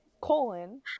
colon